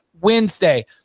Wednesday